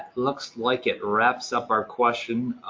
looks like it wraps up our question.